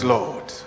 Lord